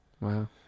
Wow